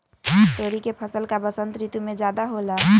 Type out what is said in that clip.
तोरी के फसल का बसंत ऋतु में ज्यादा होला?